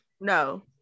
No